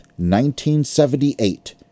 1978